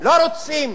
לא רוצים